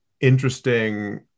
interesting